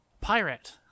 Pirate